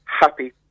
happy